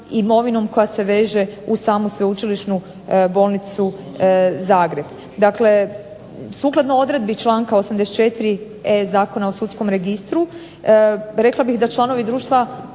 imovinom koja se veže u samu sveučilišnu bolnicu Zagreb. Dakle, sukladno odredbi članka 84.e Zakona o sudskom registru rekla bih da članovi društva